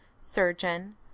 surgeon